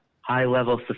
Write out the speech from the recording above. high-level